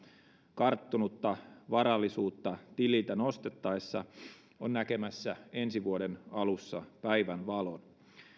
karttunutta varallisuutta tililtä nostettaessa on näkemässä ensi vuoden alussa päivänvalon